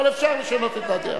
אבל אפשר לשנות את הדעה.